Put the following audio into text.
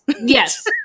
yes